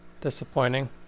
Disappointing